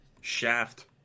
Shaft